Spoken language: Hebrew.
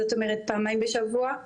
זאת אומרת פעמיים בשבוע.